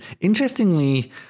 Interestingly